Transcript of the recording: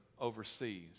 overseas